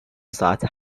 ساعت